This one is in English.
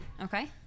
okay